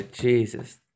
Jesus